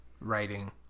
writing